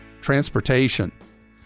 Transportation